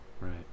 Right